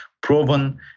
proven